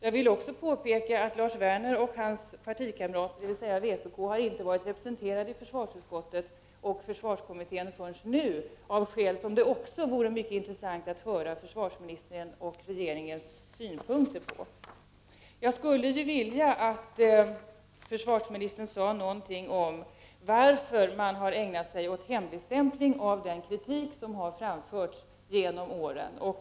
Jag vill också påpeka att Lars Werner och hans partikamrater, dvs. vpk, inte förrän nu har varit representerade i försvarsutskottet och i försvarskommittén — av skäl som det också vore mycket intressant att få höra försvarsministerns och regeringens synpunkter på. Jag skulle vilja att försvarsministern sade någonting om anledningen till att man har hemligstämplat den kritik som har framförts genom åren.